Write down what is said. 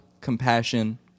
compassion